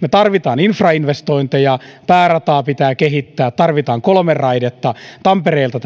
me tarvitsemme infrainvestointeja päärataa pitää kehittää tarvitaan kolme raidetta tampereelta